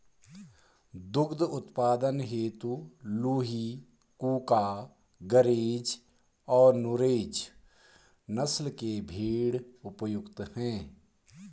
दुग्ध उत्पादन हेतु लूही, कूका, गरेज और नुरेज नस्ल के भेंड़ उपयुक्त है